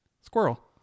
squirrel